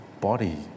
body